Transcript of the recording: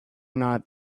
not